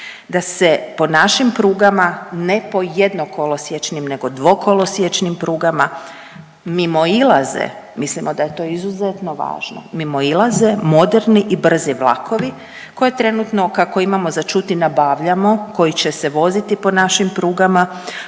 da se po našim prugama ne po jednokolosiječnim nego dvokolosiječnim prugama mimoilaze, mislimo da je to izuzetno važno, mimoilaze moderni brzi vlakovi koje trenutno, kako imamo za čuti, nabavljamo koji će se voziti po našim prugama,